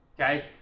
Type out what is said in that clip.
Okay